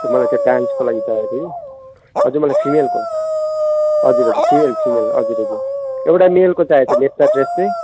त्यो मलाई त्यो डान्सको लागि चाहिएको थियो कि हजुर मलाई फिमेलको हजुर हजुर फिमेल फिमेल हजुर हजुर एउटा मेलको चाहिएको थियो लेप्चा ड्रेस चाहिँ